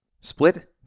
Split